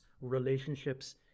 relationships